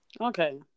Okay